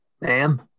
Ma'am